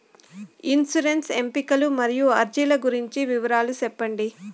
insurance ఎంపికలు మరియు అర్జీల గురించి వివరాలు సెప్పండి